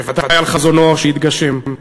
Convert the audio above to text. בוודאי על חזונו שהתגשם.